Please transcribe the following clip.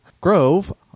Grove